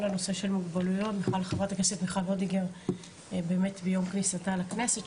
הנושא של מוגבלויות מיום כניסתה לכנסת.